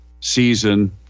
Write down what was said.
season